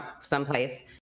someplace